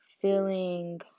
feeling